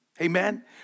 Amen